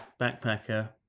backpacker